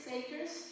acres